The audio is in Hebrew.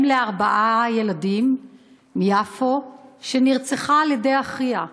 אם לארבעה ילדים מיפו, שנרצחה על-ידי אחיה.